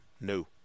No